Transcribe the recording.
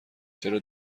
چرا